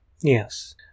Yes